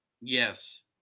Yes